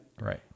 Right